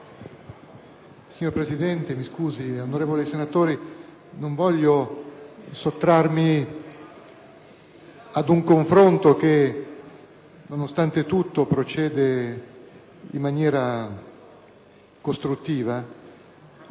Signor presidente, onorevoli senatori, non voglio sottrarmi ad un confronto che, nonostante tutto, procede in maniera costruttiva.